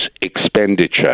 expenditure